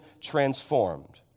transformed